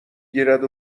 گیرد